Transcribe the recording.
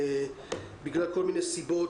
בגלל כל מיני סיבות,